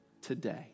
today